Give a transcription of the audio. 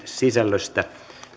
sisällöstä